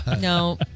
no